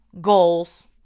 goals